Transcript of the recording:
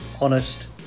honest